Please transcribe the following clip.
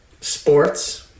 sports